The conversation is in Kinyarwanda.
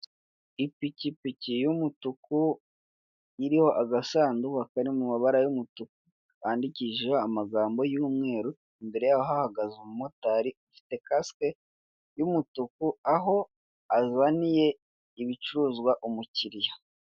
Ipikipiki y'umutuku iriho agasanduku kari mu mabara y'umutuku, kandikishijeho amagmbo y'umuweru. Imbere yayo hahagaze umumotari ufite kasike y'umutuku, aho azaniye ibicuruzwa umukiriya.